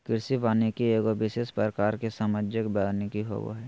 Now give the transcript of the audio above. कृषि वानिकी एगो विशेष प्रकार के सामाजिक वानिकी होबो हइ